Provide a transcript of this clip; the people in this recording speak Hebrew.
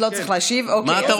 אז לא צריך להשיב, אוקיי.